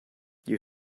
you